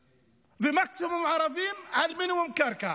ומקסימום ערבים על מינימום קרקע.